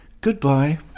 Goodbye